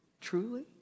Truly